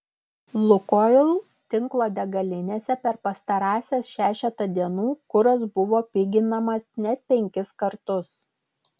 lukoil tinklo degalinėse per pastarąsias šešetą dienų kuras buvo piginamas net penkis kartus